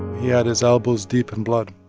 he had his elbows deep in blood